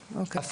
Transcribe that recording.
חרדה.